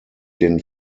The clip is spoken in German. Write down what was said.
den